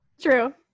True